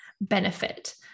benefit